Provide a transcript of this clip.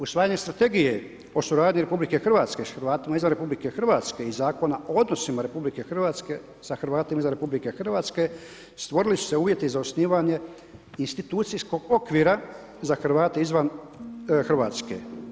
Usvajanjem strategije o suradnji RH s Hrvatima izvan RH i Zakona o odnosima RH sa Hrvatima izvan RH stvorili su se uvjeti za osnivanje institucijskog okvira za Hrvate izvan Hrvatske.